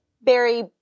berry